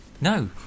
no